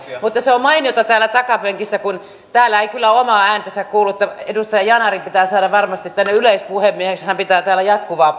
mutta on mainiota täällä takapenkissä kun täällä ei kyllä omaa ääntänsä kuule edustaja yanar pitää saada varmasti tänne yleispuhemieheksi kun hän pitää täällä jatkuvaa